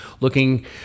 looking